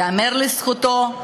ייאמר לזכותו: